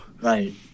Right